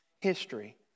history